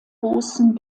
großen